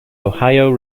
ohio